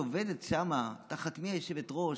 שעובדת שם תחת מי שהיושבת-הראש,